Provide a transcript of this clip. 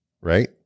right